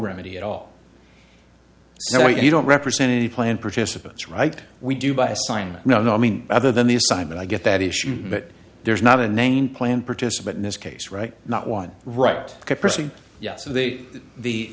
remedy at all so you don't represent any plan participants right we do by sign no no i mean other than the assignment i get that issue but there's not a name planned participant in this case right not one right person yet so the the